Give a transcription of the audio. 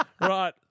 Right